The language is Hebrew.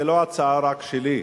זה לא הצעה רק שלי,